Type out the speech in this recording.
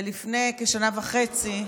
ולפני כשנה וחצי,